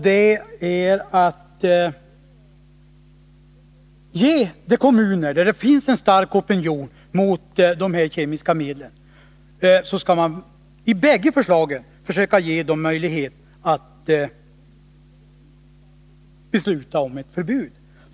De kommuner, där det finns en stark opinion mot dessa kemiska medel, skall enligt bägge förslagen få möjlighet att besluta om ett förbud.